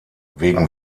wegen